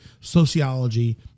sociology